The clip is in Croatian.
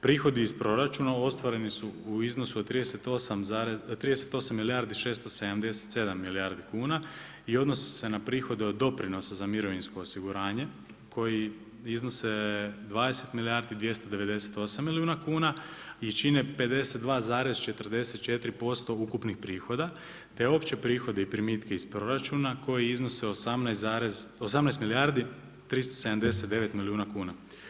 Prihodi iz proračuna ostvareni su u iznosu od 38 milijardi 677 milijardi kuna i odnosi se na prihode od doprinosa za mirovinsko osiguranje iznose koji iznose 20 milijardi i 298 milijuna kuna i čine 52,44% ukupnih prihoda, te opće prihode i primitke iz proračuna koji iznose 18 milijardi 379 milijuna kuna.